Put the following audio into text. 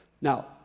Now